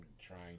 trying